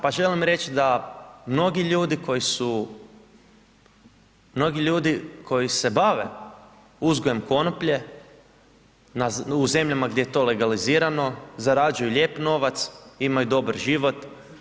Pa želim reći da mnogi ljudi koji su, mnogi ljudi koji se bave uzgojom konoplje u zemljama gdje je to legalizirano, zarađuju lijep novac, imaju dobar život.